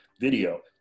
video